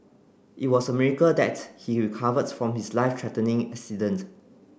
it was a miracle that he recovered from his life threatening accident